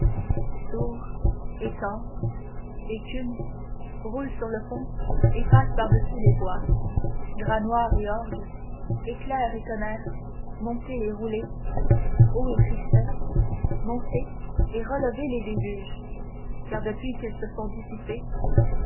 sourds étang écume roule sur le pont et passe par-dessus les bois draps noirs et orgues éclairs et tonnerres montez et roulez eaux et tristesses montez et relevez les déluges car depuis qu'ils se sont dissipés